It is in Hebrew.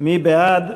מי בעד?